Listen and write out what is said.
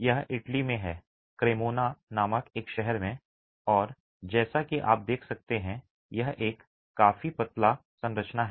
यह इटली में है क्रेमोना नामक एक शहर में और जैसा कि आप देख सकते हैं यह एक काफी पतला संरचना है